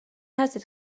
هستید